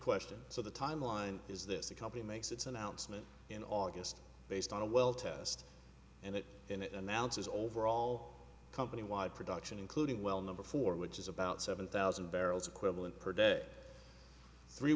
question so the time line is this the company makes its announcement in august based on a well test and it and it announces overall company wide production including well number four which is about seven thousand barrels equivalent per day three